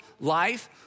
life